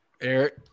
Eric